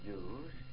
use